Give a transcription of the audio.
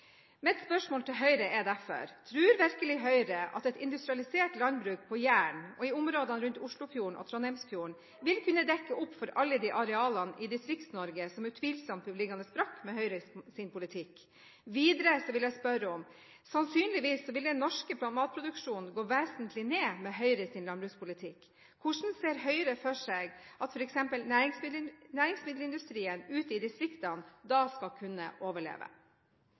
Mitt spørsmål til Høyre er derfor: Tror virkelig Høyre at et industrialisert landbruk på Jæren og i områdene rundt Oslofjorden og Trondheimsfjorden vil kunne dekke opp for alle de arealene i Distrikts-Norge som utvilsomt blir liggende brakk med Høyres politikk? Sannsynligvis ville norsk bramatproduksjon gå vesentlig ned med Høyres landbrukspolitikk, så jeg vil videre spørre: Hvordan ser Høyre for seg at f.eks. næringsmiddelindustrien ute i distriktene da skal kunne overleve?